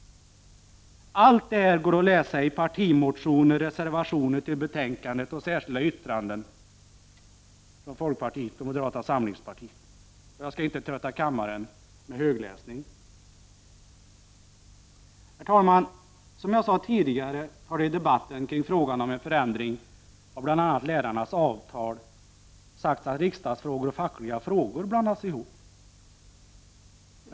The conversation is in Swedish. Allt det här går att läsa i partimotioner, reservationer till betänkandet och särskilda yttranden från folkpartiet och moderata samlingspartiet. Jag skall inte trötta kammaren med högläsning. Herr talman! Som jag sade tidigare, har det i debatten kring frågan om en förändring av bl.a. lärarnas avtal sagts att riksdagsfrågor och fackliga frågor blandats ihop.